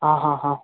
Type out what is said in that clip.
ହଁ ହଁ ହଁ